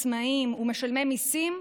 עצמאיים ומשלמי מיסים,